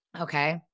Okay